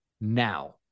now